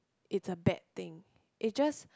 it's a bad thing it just